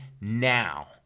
now